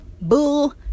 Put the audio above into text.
bull